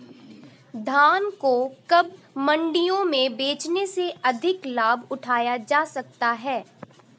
धान को कब मंडियों में बेचने से अधिक लाभ उठाया जा सकता है?